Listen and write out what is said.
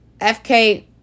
FK